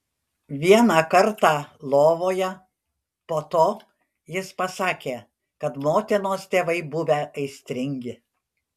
vieną kartą lovoje po to jis pasakė kad motinos tėvai buvę aistringi